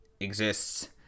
Exists